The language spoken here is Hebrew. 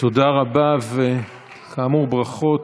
תודה רבה, וכאמור, ברכות.